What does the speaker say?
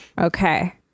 Okay